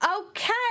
Okay